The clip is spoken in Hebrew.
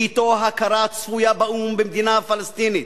ואתו ההכרה הצפויה באו"ם במדינה הפלסטינית,